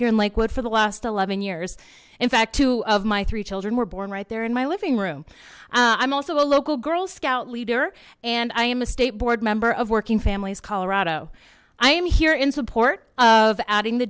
here in lakewood for the last eleven years in fact two of my three children were born right there in my living room i'm also a local girl scout leader and i am a state board member of working families colorado i am here in support of adding t